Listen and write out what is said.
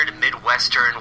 Midwestern